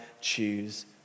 choose